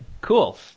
cool